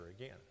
again